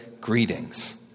greetings